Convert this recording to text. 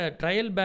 trial